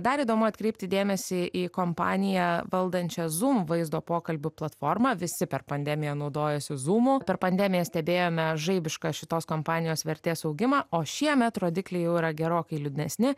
dar įdomu atkreipti dėmesį į kompaniją valdančią zoom vaizdo pokalbių platformą visi per pandemiją naudojosi zūmu per pandemiją stebėjome žaibišką šitos kompanijos vertės augimą o šiemet rodikliai jau yra gerokai liūdnesni